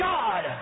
God